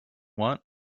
want